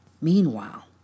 Meanwhile